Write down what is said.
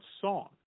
song